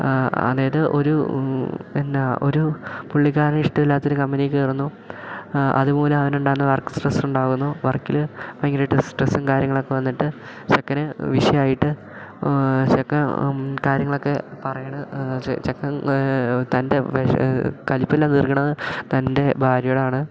അതായത് ഒരു എന്നാ ഒരു പുള്ളിക്കാരന് ഇഷ്ടമില്ലാത്ത ഒരു കമ്പനീ കയറുന്നു അതുമൂലം അവനുണ്ടാവുന്ന വർക്ക് സ്ട്രെസ് ഉണ്ടാകുന്നു വർക്കില് ഭയങ്കരമായിട്ട് സ്ട്രെസ്സം കാര്യങ്ങളൊക്കെ വന്നിട്ട് ചെക്കന് വിഷയമായിട്ട് ചെക്കൻ കാര്യങ്ങളൊക്കെ പറയുകയാണ് ചെക്കൻ തൻ്റെ കലിപ്പെല്ലാം തീർക്കുന്നത് തൻ്റെ ഭാര്യയോടാണ്